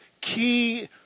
key